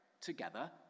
together